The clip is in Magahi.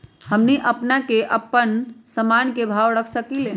हमनी अपना से अपना सामन के भाव न रख सकींले?